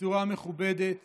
בצורה מכובדת